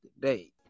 today